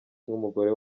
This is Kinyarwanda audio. nk’umugore